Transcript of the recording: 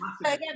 again